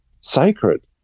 sacred